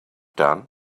done